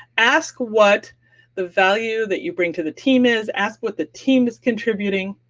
ask what the value that you bring to the team is, ask what the team is contributing.